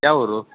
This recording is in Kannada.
ಯಾವ ಊರು